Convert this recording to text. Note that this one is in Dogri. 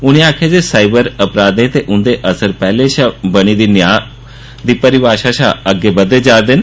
उनें आक्खेआ जे साईबर अपराधें ते उंदे असर पैहलें शा बनी दी न्याय दी परिभाषा शा अग्गें बद्दे जा'रदे न